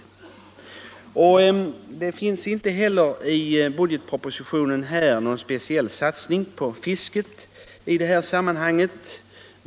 I budgetpropositionen görs ingen speciell satsning på fisket.